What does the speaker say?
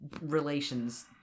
relations